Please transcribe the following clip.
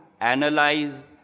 analyze